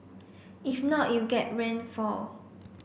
if not you get rainfall